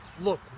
Look